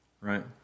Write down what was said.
Right